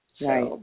Right